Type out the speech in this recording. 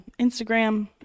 instagram